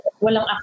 walang